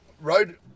road